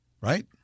right